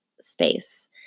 space